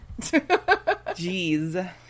Jeez